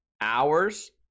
hours